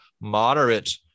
moderate